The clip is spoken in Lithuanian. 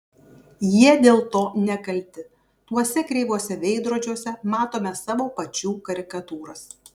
jie dėl to nekalti tuose kreivuose veidrodžiuose matome savo pačių karikatūras